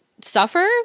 suffer